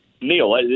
Neil